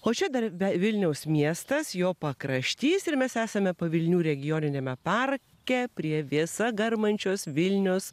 o čia dar ve vilniaus miestas jo pakraštys ir mes esame pavilnių regioniniame parke prie vėsa garmančios vilnios